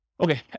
Okay